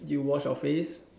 you wash your face